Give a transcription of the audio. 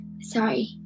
sorry